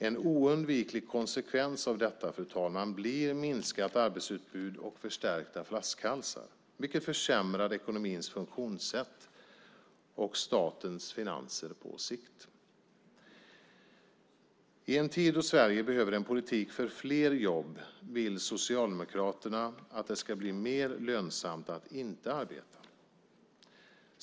En oundviklig konsekvens av detta blir minskat arbetsutbud och förstärkta flaskhalsar, vilket försämrar ekonomins funktionssätt och statens finanser på sikt. I en tid då Sverige behöver en politik för fler jobb vill Socialdemokraterna att det ska bli mer lönsamt att inte arbeta.